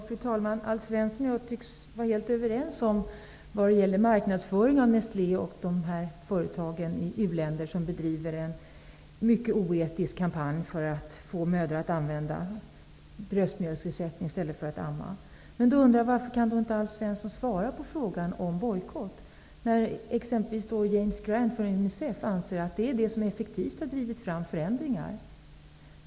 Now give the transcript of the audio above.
Fru talman! Alf Svensson och jag tycks vara helt överens när det gäller marknadsföring av Nestlé och andra företag. De bedriver en mycket oetisk kampanj i u-länderna för att få mödrar att använda bröstmjölksersättning i stället för att amma. Varför kan då inte Alf Svensson svara på frågan om en bojkott? Exempelvis James Grant från Unicef anser att det är det som effektivt har drivit fram förändringar.